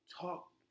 talk